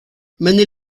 many